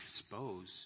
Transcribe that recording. expose